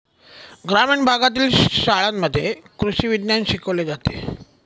ग्रामीण भागातील शाळांमध्ये कृषी विज्ञान शिकवले जाते